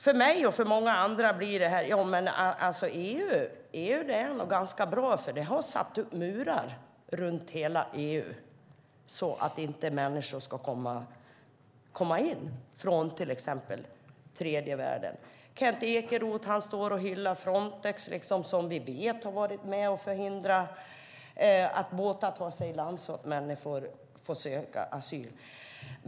För mig och för många andra betyder det här: Jo, men EU är nog ganska bra, för man har satt upp murar runt hela EU så att människor inte ska komma in från till exempel tredje världen. Kent Ekeroth står och hyllar Frontex, som vi vet har varit med och förhindrat att båtar tar sig i land så att människor kan söka asyl.